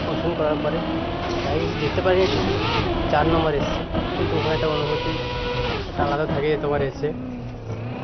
অংশগ্রহণ করার পরে বাইক দিয়ে জিততে পারিনি ঠিকই চার নম্বর এসেছি কিন্তু ওখানে একটা অনুভূতি একটা আলাদা থাকে যে তোমার রেসে